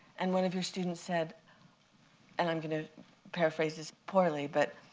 and one of your students said and i'm going to paraphrase this poorly but,